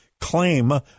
claim